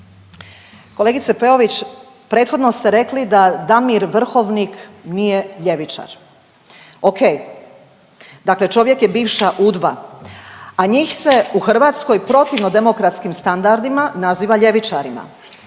Kolegice Peović prethodno ste rekli da Damir Vrhovnik nije ljevičar. Ok, dakle čovjek je bivša UDBA, a njih se u Hrvatskoj protivno demokratskim standardima naziva ljevičarima.